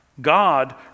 God